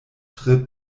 tre